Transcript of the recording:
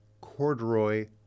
corduroy